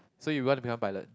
so you want to become pilot